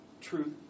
truth